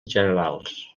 generals